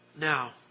Now